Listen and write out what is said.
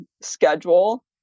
schedule